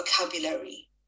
vocabulary